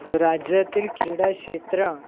राज्यातील क्रीडा क्षेत्र